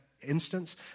instance